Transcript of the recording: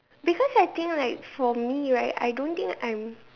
because I think right for me right I don't think I'm